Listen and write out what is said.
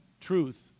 truth